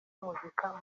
muzika